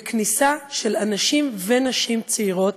וכניסה של אנשים ונשים צעירות.